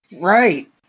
Right